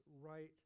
right